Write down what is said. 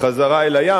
חזרה אל הים.